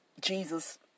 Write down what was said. Jesus